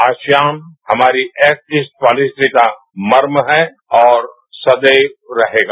ASEAN हमारी act east policy का मर्म है और सदैव रहेगा